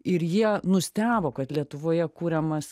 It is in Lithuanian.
ir jie nustebo kad lietuvoje kuriamas